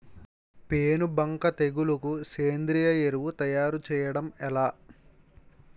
పేను బంక తెగులుకు సేంద్రీయ ఎరువు తయారు చేయడం ఎలా?